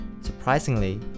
Surprisingly